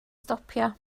stopio